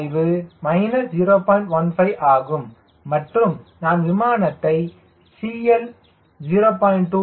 15 ஆகும் மற்றும் நான் விமானத்தை CL இல் 0